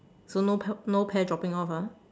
so no pear no pear dropping off ah